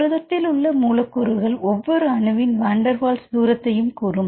புரதத்தில் உள்ள மூலக்கூறுகள் ஒவ்வொரு அணுவின் வாண்டர்வால்ஸ் தூரத்தையும் கூறும்